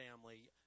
family